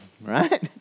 right